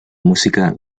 música